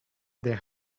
their